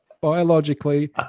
Biologically